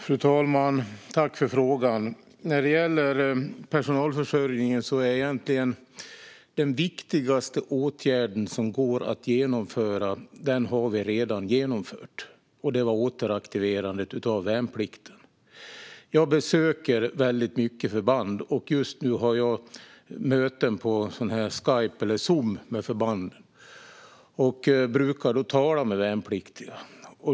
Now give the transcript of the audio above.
Fru talman! Jag tackar för frågan. När det gäller personalförsörjningen har vi egentligen redan genomfört den viktigaste åtgärden som går att genomföra, och det var återaktiverandet av värnplikten. Jag besöker väldigt många förband. Just nu har jag möten på Skype eller Zoom med förband. Då brukar jag tala med värnpliktiga.